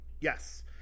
Yes